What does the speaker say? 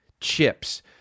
chips